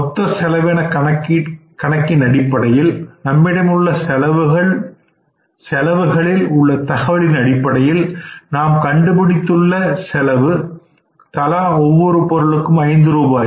மொத்த செலவின கணக்கின் அடிப்படையில் நம்மிடமுள்ள செலவுகளில் உள்ள தகவலின் அடிப்படையில் நாம் கண்டுபிடித்துள்ள செலவு தலா ஒவ்வொரு பொருளுக்கும் ஐந்து ரூபாய்